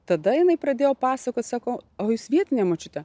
tada jinai pradėjo pasakot sako o jūs vietinė močiute